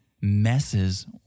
messes